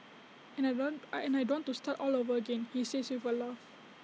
and I don't and I don't want to start all over again he says with A laugh